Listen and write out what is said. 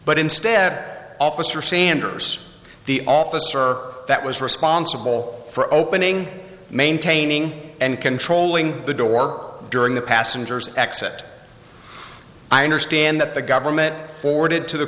but instead officer sanders the officer that was responsible for opening maintaining and controlling the door during the passengers exit i understand that the government forwarded to the